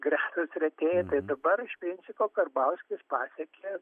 gretos retėja tai dabar iš principo karbauskis pasekė